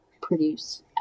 produce